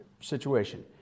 situation